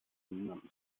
niemandem